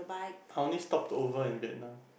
I only stopped over in Vietnam